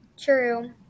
True